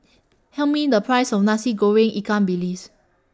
Tell Me The Price of Nasi Goreng Ikan Bilis